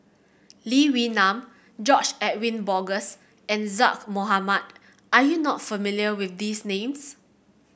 Lee Wee Nam George Edwin Bogaars and Zaqy Mohamad are you not familiar with these names